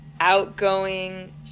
outgoing